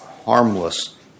harmless